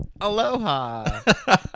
Aloha